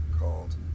called